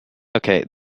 okay